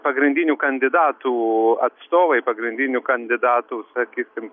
pagrindinių kandidatų atstovai pagrindinių kandidatų sakysim